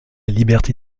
liberté